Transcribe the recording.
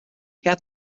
had